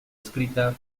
escrita